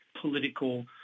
political